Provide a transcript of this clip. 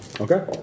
Okay